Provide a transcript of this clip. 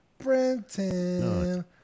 Brenton